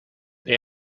they